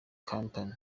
company